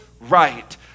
right